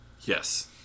Yes